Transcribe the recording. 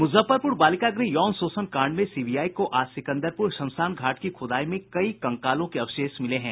मुजफ्फरपूर बालिका गृह यौन शोषण कांड में सीबीआई को आज सिकंदरपूर श्मशान घाट की खुदाई में कई कंकालों के अवशेष मिले हैं